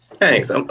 thanks